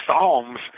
psalms